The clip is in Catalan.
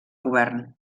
govern